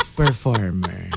performer